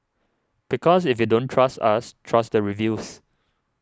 because if you don't trust us trust the reviews